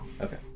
Okay